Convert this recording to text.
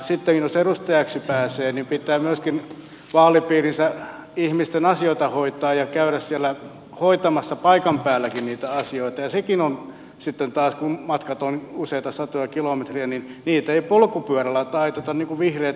sitten jos edustajaksi pääsee pitää myöskin vaalipiirinsä ihmisten asioita hoitaa ja käydä siellä hoitamassa paikan päälläkin niitä asioita ja kun matkat ovat useita satoja kilometrejä niin niitä ei polkupyörällä taiteta niin kuin vihreät täällä pääkaupunkiseudulla